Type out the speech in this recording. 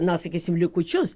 na sakysim likučius